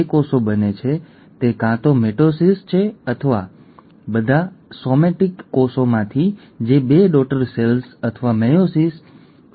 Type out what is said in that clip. ઘણા રોગોનો આનુવંશિક આધાર હોય છે